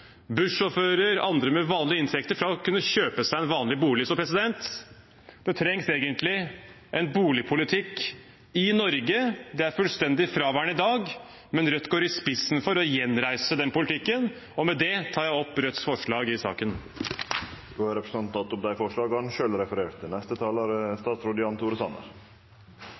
andre med vanlige inntekter ute fra å kunne kjøpe seg en vanlig bolig. Det trengs egentlig en boligpolitikk i Norge. Den er fullstendig fraværende i dag, men Rødt går i spissen for å gjenreise den politikken. Med det tar jeg opp Rødts forslag i saken. Representanten Bjørnar Moxnes har teke opp dei forslaga han refererte